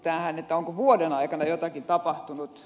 onko vuoden aikana jotakin tapahtunut